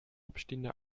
abstehende